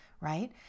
right